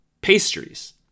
pastries